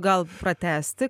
gal pratęsti